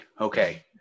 Okay